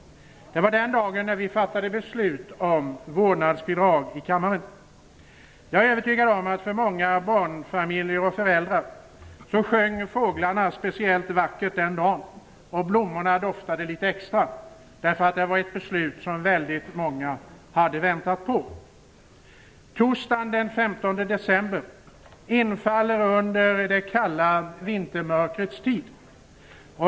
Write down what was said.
Den dagen fattade vi i kammaren beslut om vårdnadsbidraget. Jag är övertygad om att fåglarna sjöng speciellt vackert den dagen för många barnfamiljer och föräldrar, och blommorna doftade litet extra, eftersom detta var ett beslut som många hade väntat på. Torsdagen den 15 december infaller under det kalla vintermörkrets tid.